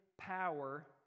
power